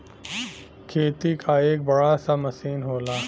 खेती क एक बड़ा सा मसीन होला